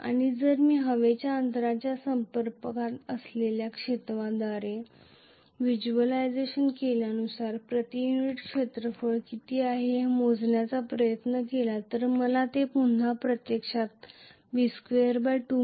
आणि जर मी हवेच्या अंतराच्या संपर्कात असलेल्या क्षेत्राद्वारे व्हिज्युअलाइझ केल्यानुसार प्रति युनिट क्षेत्रफळ किती आहे हे मोजण्याचा प्रयत्न केला तर मला ते पुन्हा प्रत्यक्षात B22 µ0 मिळेल